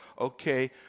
okay